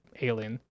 alien